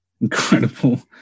incredible